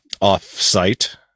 off-site